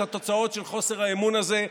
את התוצאות של חוסר האמון הזה,